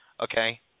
Okay